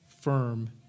firm